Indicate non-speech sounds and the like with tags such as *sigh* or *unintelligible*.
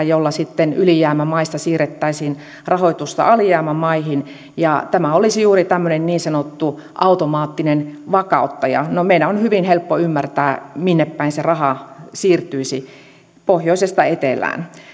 *unintelligible* jolla sitten ylijäämämaista siirrettäisiin rahoitusta alijäämämaihin tämä olisi juuri tämmöinen niin sanottu automaattinen vakauttaja no meidän on hyvin helppo ymmärtää minnepäin se raha siirtyisi pohjoisesta etelään